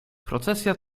procesja